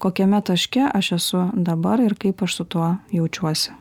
kokiame taške aš esu dabar ir kaip aš su tuo jaučiuosi